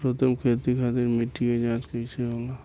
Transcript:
सर्वोत्तम खेती खातिर मिट्टी के जाँच कइसे होला?